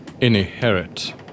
Inherit